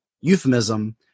euphemism